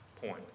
point